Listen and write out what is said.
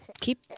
keep